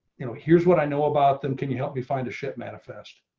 you know, here's what i know about them. can you help me find a ship manifest